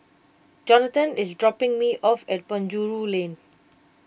Jonathan is dropping me off at Penjuru Lane